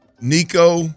Nico